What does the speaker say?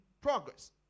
progress